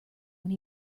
when